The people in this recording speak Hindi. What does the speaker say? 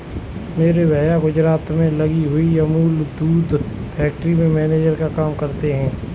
मेरे भैया गुजरात में लगी हुई अमूल दूध फैक्ट्री में मैनेजर का काम करते हैं